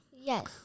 Yes